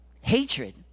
Hatred